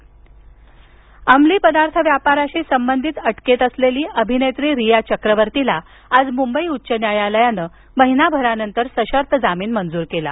रिया अमली पदार्थ व्यापाराशी संबंधित अटकेत असलेली अभिनेत्री रिया चक्रवर्तीला आज मुंबई उच्च न्यायालयानं महिनाभरानंतर सशर्त जमीन मंजूर केला